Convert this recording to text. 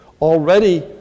already